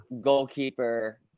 goalkeeper